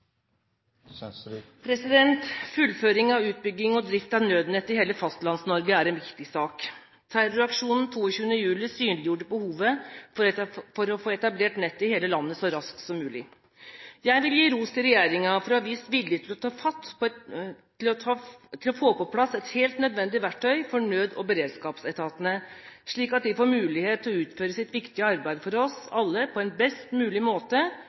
en viktig sak. Terroraksjonen 22. juli synliggjorde behovet for å få etablert nett i hele landet så raskt som mulig. Jeg vil gi ros til regjeringen for å ha vist vilje til å få på plass et helt nødvendig verktøy for nøds- og beredskapsetatene, slik at de får mulighet for å utføre sitt viktige arbeid for oss alle på best mulig måte,